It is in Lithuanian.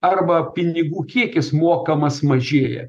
arba pinigų kiekis mokamas mažėja